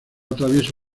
atraviesa